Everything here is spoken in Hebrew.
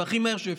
והכי מהר שאפשר,